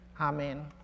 Amen